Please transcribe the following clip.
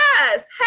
Yes